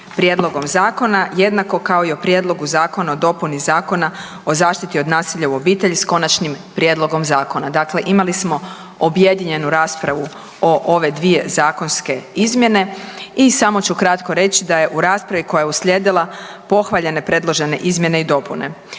prijedlogom zakona, jednako kao i Prijedlogu zakona o dopuni Zakona o zaštiti od nasilja u obitelji s konačnim prijedlogom zakona. Dakle, imali smo objedinjenu raspravu o ove dvije zakonske izmjene i samo ću kratko reći da je u raspravi koja je uslijedila pohvaljene predložene izmjene i dopune.